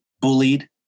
bullied